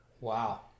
wow